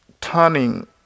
turning